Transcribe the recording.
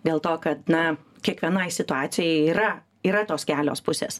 dėl to kad na kiekvienai situacijai yra yra tos kelios pusės